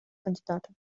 кандидата